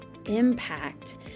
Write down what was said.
impact